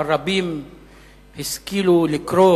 אבל רבים השכילו לקרוא